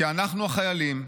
כי אנחנו החיילים,